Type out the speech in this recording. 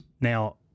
Now